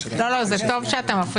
זו התפיסה של בגין שלא היה איש שמאל